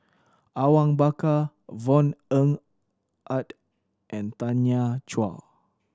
Awang Bakar Yvonne Ng Uhde and Tanya Chua